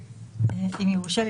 אם יורשה לי,